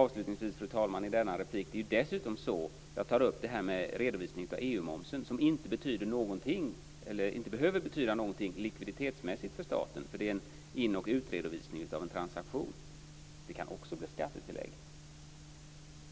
Avslutningsvis är det dessutom så att redovisningen av EU-momsen inte behöver betyda någonting likviditetsmässigt för staten, eftersom det är en in och utredovisning av en transaktion. Det kan också leda till skattetillägg